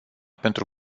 pentru